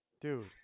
Dude